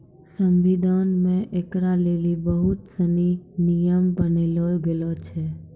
संविधान मे ऐकरा लेली बहुत सनी नियम बनैलो गेलो छै